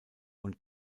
und